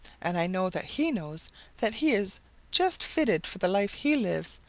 and i know that he knows that he is just fitted for the life he lives,